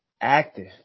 active